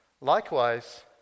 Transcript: Likewise